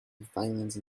violence